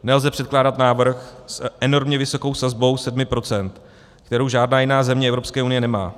Nelze předkládat návrh s enormně vysokou sazbou 7 %, kterou žádná jiná země Evropské unie nemá.